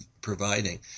providing